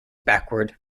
backward